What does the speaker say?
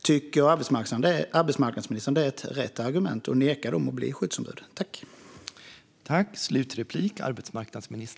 Tycker arbetsmarknadsministern att det är rätt att neka dem att bli skyddsombud med detta argument?